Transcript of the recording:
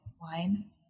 wine